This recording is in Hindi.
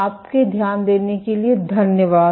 आपके ध्यान देने के लिए धन्यवाद